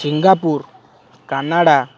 Singapore Canada